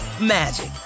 magic